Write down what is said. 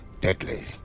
deadly